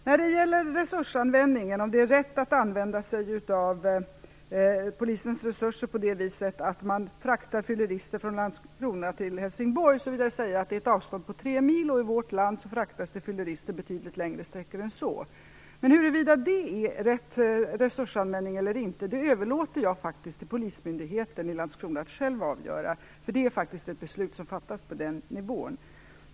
I frågan om resursanvändningen, dvs. om det är rätt att använda polisens resurser på det viset att man fraktar fyllerister från Landskrona till Helsingborg, vill jag säga att det gäller ett avstånd om 3 mil och att det i vårt land fraktas fyllerister betydligt längre sträckor än så. Men huruvida det är rätt resursanvändning eller inte överlåter jag till polismyndigheten i Landskrona att själv avgöra. Det är faktiskt ett beslut som fattas på den nivån.